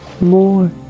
more